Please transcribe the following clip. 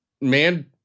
man